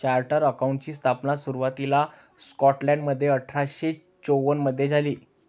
chartered अकाउंटंटची स्थापना सुरुवातीला स्कॉटलंडमध्ये अठरा शे चौवन मधे झाली